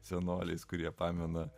senolis kurie pamena